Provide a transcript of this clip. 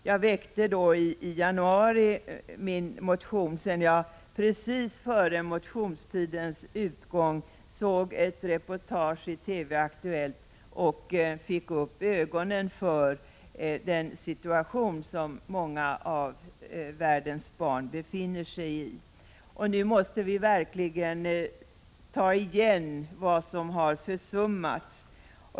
Jag väckte min motion i januari sedan jag precis före motionstidens utgång sett ett reportage i TV:s Aktuellt och fick upp ögonen för den situation som många barn i världen befinner sig i. Nu måste vi verkligen ta igen vad som försummats!